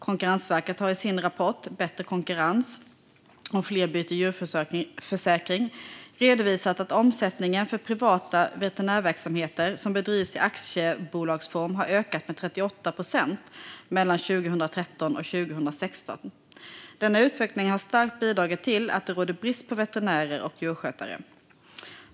Konkurrensverket har i sin rapport Bättre konkurrens om fler byter djurförsäkring redovisat att omsättningen för privata veterinärverksamheter som bedrivs i aktiebolagsform har ökat med 38 procent mellan 2013 och 2016. Denna utveckling har starkt bidragit till att det råder brist på veterinärer och djursjukskötare.